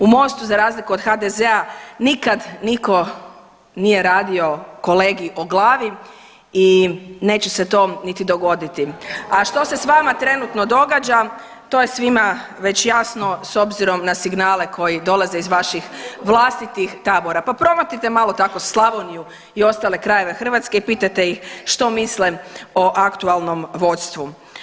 U Mostu za razliku od HDZ-a, nikad nitko nije radio kolegi o glavi i neće se to niti dogoditi, a što se s vama trenutno događa, to je svima već jasno s obzirom na signale koji dolaze iz vaših vlastitih tabora pa promotrite malo tako Slavoniju i ostale krajeve Hrvatske i pitajte ih što misle o aktualnom vodstvu.